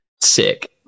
sick